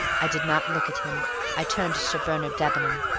i did not look at him i turned to sir bernard debenham,